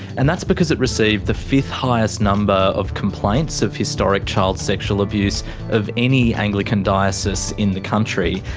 and that's because it received the fifth highest number of complaints of historic child sexual abuse of any anglican diocese in the country.